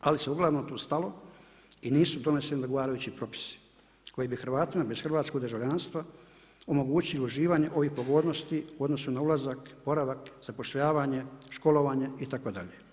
Ali se uglavnom tu stalo, i nisu doneseni odgovarajući propisi, kojima bi Hrvatima bez hrvatskog državljanstva omogućili uživanje ovih pogodnosti u odnosu na ulazak, boravak, zapošljavanje, školovanje itd.